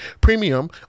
Premium